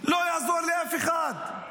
לא יעזור לאף אחד.